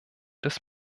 des